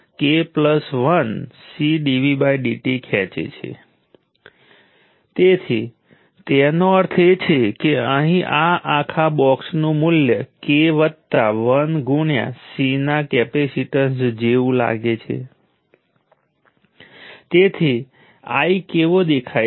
હવે ચોક્કસ ટાઈમ દરમિયાન ડીલીવર કરવામાં આવતી આ એનર્જી પોઝિટિવ અથવા નેગેટિવ પણ હોઈ શકે છે આપણે ચોક્કસ એલીમેન્ટ્સ તરફ જોઈશું અને જોઈશું કે શું થાય છે